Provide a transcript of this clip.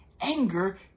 anger